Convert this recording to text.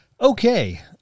Okay